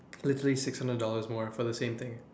literally six hundred dollars more for the same thing